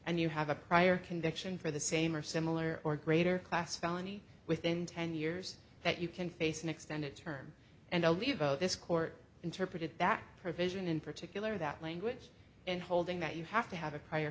and you have a prior conviction for the same or similar or greater class felony within ten years that you can face an extended term and i'll leave this court interpreted that provision in particular that language and holding that you have to have a prior